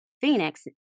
Phoenix